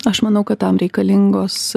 aš manau kad tam reikalingos